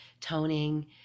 toning